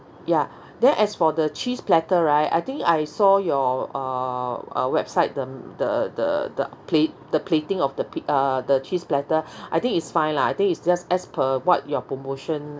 ya then as for the cheese platter right I think I saw your uh uh website the the the the plate the plating of the pi~ uh the cheese platter I think it's fine lah I think it's just as per what your promotion